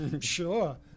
sure